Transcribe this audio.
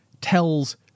tells